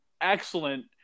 excellent